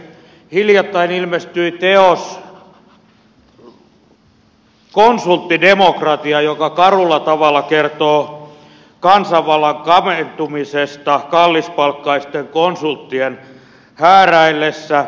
hiljattain ilmestyi teos konsulttidemokratia joka karulla tavalla kertoo kansanvallan kaventumisesta kallispalkkaisten konsulttien hääräillessä